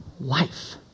life